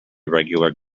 regular